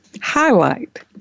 highlight